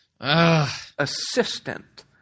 assistant